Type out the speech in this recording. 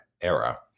era